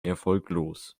erfolglos